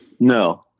No